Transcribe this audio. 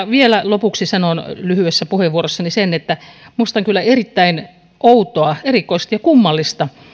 vielä lopuksi sanon lyhyessä puheenvuorossani sen että minusta on kyllä erittäin outoa erikoista ja kummallista